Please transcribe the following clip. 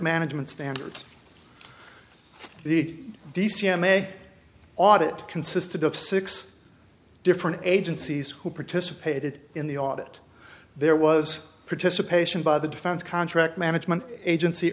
management standards the d c m may audit consisted of six different agencies who participated in the audit there was participating by the defense contract management agency